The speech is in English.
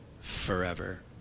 forever